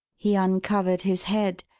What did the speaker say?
he uncovered his head,